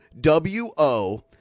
W-O